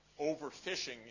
Overfishing